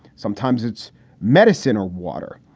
sometimes it's medicine or water.